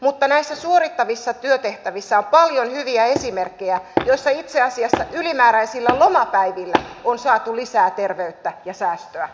mutta näissä suorittavissa työtehtävissä on paljon hyviä esimerkkejä joissa itse asiassa ylimääräisillä lomapäivillä on saatu lisää terveyttä ja säästöä